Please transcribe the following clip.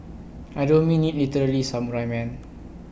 I don't mean IT literally samurai man